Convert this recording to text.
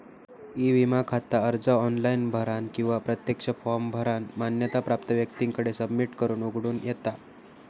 E विमा खाता अर्ज ऑनलाइन भरानं किंवा प्रत्यक्ष फॉर्म भरानं मान्यता प्राप्त व्यक्तीकडे सबमिट करून उघडूक येता